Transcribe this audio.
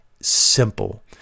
Simple